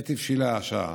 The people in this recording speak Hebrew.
עת הבשילה השעה,